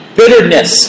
bitterness